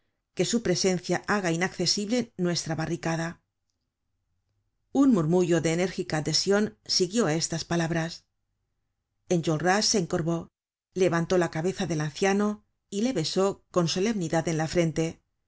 que su presencia haga inaccesible nuestra barricada un murmullo de enérgica adhesion siguió á estas palabras enjolras se encorvó levantó la cabeza del anciano y le besó con solemnidad en la frente